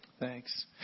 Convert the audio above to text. Thanks